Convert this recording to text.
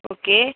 okay